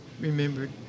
remembered